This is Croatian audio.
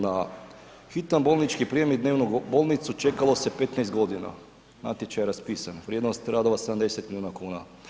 Na hitan bolnički prijem i dnevnu bolnicu čekalo se 15 godina, natječaj je raspisan, vrijednost radova 70 milijuna kuna.